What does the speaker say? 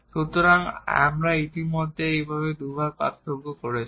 সুতরাং এখন আমরা ইতিমধ্যে এটিকে দুইবার পার্থক্য করেছি